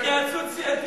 רגע, התייעצות סיעתית.